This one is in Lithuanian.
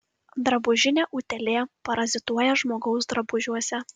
drabužinė utėlė parazituoja žmogaus drabužiuose